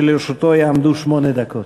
שלרשותו יעמדו שמונה דקות.